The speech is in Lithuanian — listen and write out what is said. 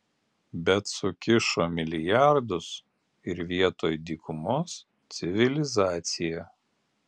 bet sukišo milijardus ir vietoj dykumos civilizacija